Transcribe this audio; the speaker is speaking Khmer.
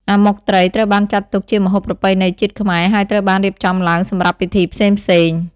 អាម៉ុកត្រី ត្រូវបានចាត់ទុកជាម្ហូបប្រពៃណីជាតិខ្មែរ ហើយត្រូវបានរៀបចំឡើងសម្រាប់ពិធីផ្សេងៗ។